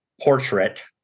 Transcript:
portrait